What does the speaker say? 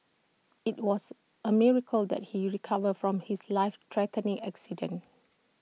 IT was A miracle that he recovered from his life threatening accident